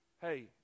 hey